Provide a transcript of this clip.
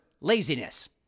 laziness